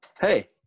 Hey